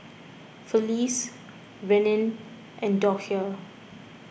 Felice Rennie and Docia